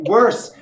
Worse